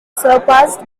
surpassed